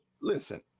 Listen